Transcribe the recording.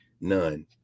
none